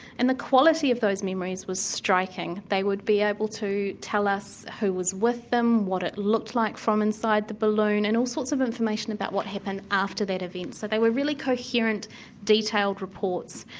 and the quality of those memories was striking. they would be able to tell us who was with them, what it looked like from inside the balloon and all sorts of information about what happened after that event. so they were really coherent detailed reports.